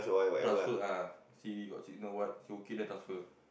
touch foot ah see got signal what see okay then transfer